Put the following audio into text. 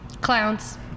Clowns